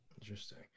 Interesting